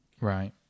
Right